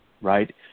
right